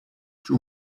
two